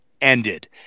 ended